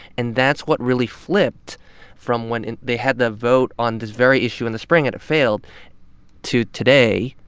and that's what really flipped from when they had the vote on this very issue in the spring, and it failed to today,